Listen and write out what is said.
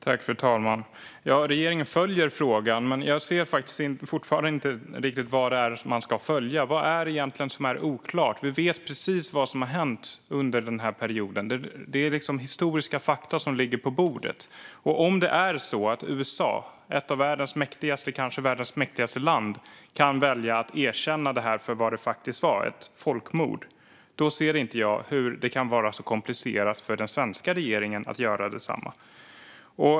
Fru talman! Regeringen följer frågan. Men jag ser faktiskt fortfarande inte riktigt vad det är man ska följa. Vad är det egentligen som är oklart? Vi vet precis vad som hände under den här perioden. Det är historiska fakta som ligger på bordet. Om det är så att USA, som kanske är världens mäktigaste land, kan välja att erkänna det här för vad det faktiskt var, ett folkmord, ser jag inte hur det kan vara så komplicerat för den svenska regeringen att göra detsamma.